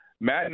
Matt